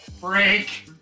Break